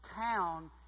town